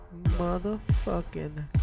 Motherfucking